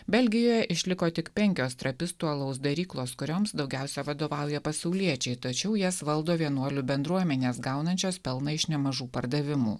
belgijoje išliko tik penkios trapistų alaus daryklos kurioms daugiausiai vadovauja pasauliečiai tačiau jas valdo vienuolių bendruomenės gaunančios pelną iš nemažų pardavimų